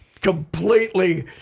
completely